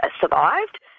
survived